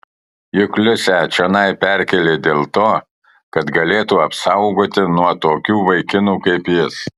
juk liusę čionai perkėlė dėl to kad galėtų apsaugoti nuo tokių vaikinų kaip jis